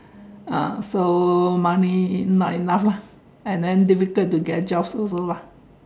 uh so money not enough lah and then difficult to get jobs also lah